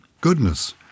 Goodness